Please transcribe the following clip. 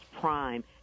prime